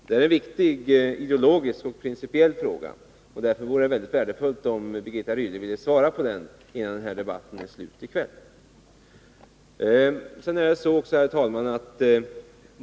Det här är en viktig ideologisk och principiell fråga, och därför vore det värdefullt om Birgitta Rydle ville svara på den, innan debatten i kväll är slut. Herr talman!